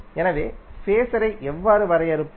எனவே ஃபேஸரை எவ்வாறு வரையறுப்போம்